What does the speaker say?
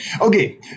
Okay